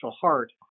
heart